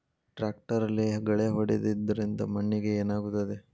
ಟ್ರಾಕ್ಟರ್ಲೆ ಗಳೆ ಹೊಡೆದಿದ್ದರಿಂದ ಮಣ್ಣಿಗೆ ಏನಾಗುತ್ತದೆ?